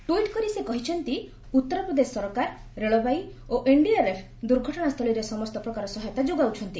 ଟ୍ରେଇଟ୍ କରି ସେ କହିଛନ୍ତି ଉତ୍ତରପ୍ରଦେଶ ସରକାର ରେଳବାଇ ଓ ଏନଡିଆରଏଫ ଦୁର୍ଘଟଣାସ୍ଥଳୀରେ ସମସ୍ତ ପ୍ରକାର ସହାୟତା ଯୋଗାଉଛନ୍ତି